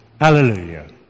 Hallelujah